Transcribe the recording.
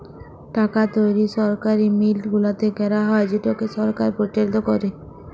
টাকা তৈরি সরকারি মিল্ট গুলাতে ক্যারা হ্যয় যেটকে সরকার পরিচালিত ক্যরে